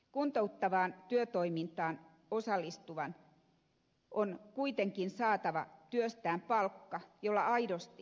kuntouttavaan työtoimintaan osallistuvan on kuitenkin saatava työstään palkka jolla aidosti elää